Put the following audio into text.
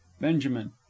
Benjamin